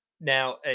now